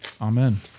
Amen